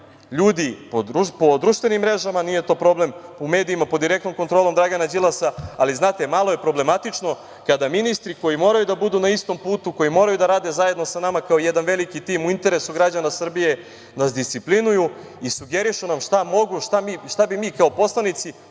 ljudi po društvenim mrežama. Nije to problem u medijima, pod direktnom kontrolom Dragana Đilasa, ali znate malo je problematično kada ministri koji moraju da budu na istom putu, koji moraju da rade zajedno sa nama kao jedan veliki tim u interesu građana Srbije, nas disciplinuju i sugerišu nam šta mogu, šta bi mi kao poslanici